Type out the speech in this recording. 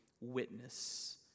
witness